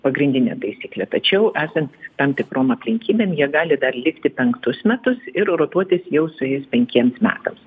pagrindinė taisyklė tačiau esant tam tikrom aplinkybėm jie gali dar likti penktus metus ir rotuotis jau suėjus penkiems metams